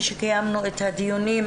כשקיימנו את הדיונים,